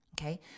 Okay